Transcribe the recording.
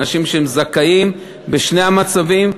אנשים שהם זכאים בשני המצבים.